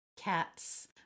cats